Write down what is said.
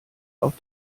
auf